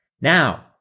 Now